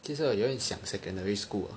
其实我有点想 secondary school ah